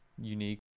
unique